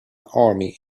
army